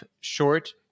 short